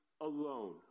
alone